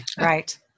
Right